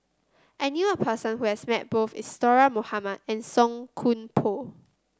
I knew a person who has met both Isadhora Mohamed and Song Koon Poh